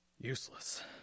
useless